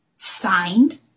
Signed